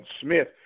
Smith